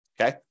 okay